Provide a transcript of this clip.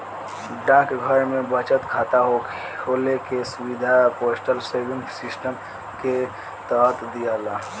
डाकघर में बचत खाता खोले के सुविधा पोस्टल सेविंग सिस्टम के तहत दियाला